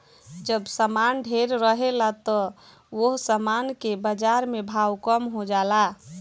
जब सामान ढेरे रहेला त ओह सामान के बाजार में भाव कम हो जाला